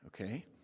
okay